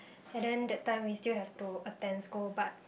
and then that time we still have to attend school but